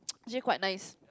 actually quite nice